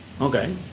Okay